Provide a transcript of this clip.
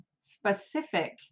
specific